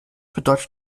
bedeutet